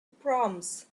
proms